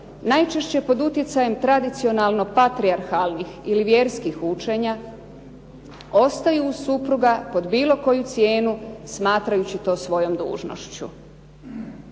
najčešće pod utjecajem tradicionalno patrijarhalnih ili vjerskih učenja ostaju uz supruga pod bilo koju cijenu smatrajući to svojom dužnošću.